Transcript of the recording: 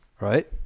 right